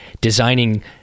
designing